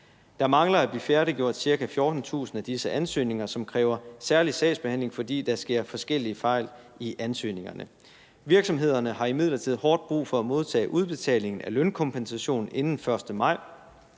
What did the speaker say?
Der mangler at blive færdiggjort ca. 14.000 af disse ansøgninger, som kræver særlig sagsbehandling, fordi der sker forskellige fejl i ansøgningerne. Virksomhederne har imidlertid hårdt brug for at modtage udbetaling af lønkompensation inden 1. maj,